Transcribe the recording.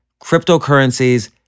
Cryptocurrencies